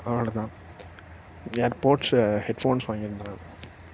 அவ்வளோதான் AirPods headphones வாங்கிருந்தேன் நான்